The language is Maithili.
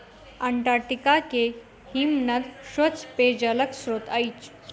अंटार्टिका के हिमनद स्वच्छ पेयजलक स्त्रोत अछि